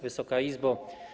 Wysoka Izbo!